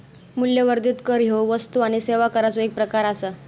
मूल्यवर्धित कर ह्यो वस्तू आणि सेवा कराचो एक प्रकार आसा